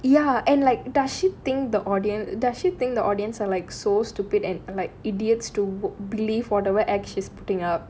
ya and like does she think the audience does she think the audience are like so stupid and like idiots to believe for whatever act she is putting up